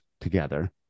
together